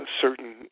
certain